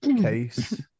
case